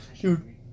Dude